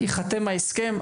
ייחתם ההסכם,